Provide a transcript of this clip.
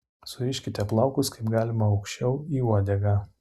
suriškite plaukus kaip galima aukščiau į uodegą